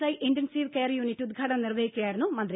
I intensive care unit ഉദ്ഘാടനം നിർവഹിക്കുകയായിരുന്നു മന്ത്രി